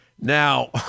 Now